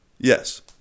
Yes